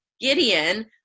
gideon